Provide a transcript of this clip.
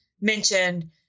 mentioned